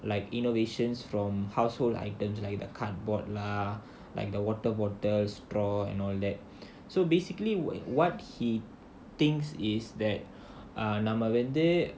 like innovations from household items like the cardboard lah like the water bottle straw all that so basically what he thinks is that err நம்ம வந்து:namma vandhu